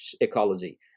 ecology